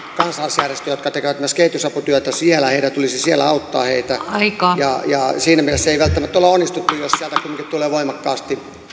kansalaisjärjestöä jotka tekevät myös kehitysaputyötä siellä heidän tulisi siellä auttaa heitä ja ja siinä mielessä ei välttämättä olla onnistuttu jos sieltä kumminkin tulee voimakkaasti